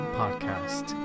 podcast